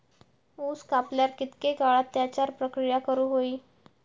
ऊस कापल्यार कितके काळात त्याच्यार प्रक्रिया करू होई?